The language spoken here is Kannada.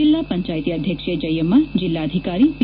ಜಿಲ್ಲಾ ಪಂಚಾಯತಿ ಅಧ್ಯಕ್ಷೆ ಜಯಮ್ಮ ಜಿಲ್ಲಾಧಿಕಾರಿ ಪಿ